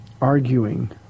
arguing